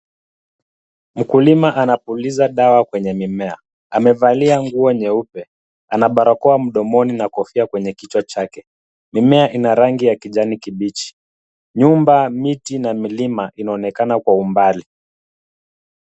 Mkulima anapuliza dawa kwenye mimea. Amevalia nguo nyeupe, ana barakoa mdomoni na kofia kwenye kichwa chake. Mimea ina rangi ya kijani kibichi. Nyumba ,miti na milima inaonekana kwa umbali.